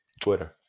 Twitter